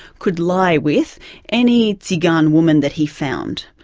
could lie with any tigan woman that he found.